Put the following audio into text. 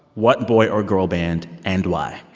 what boy or girl band and why?